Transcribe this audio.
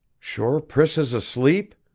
sure priss is asleep?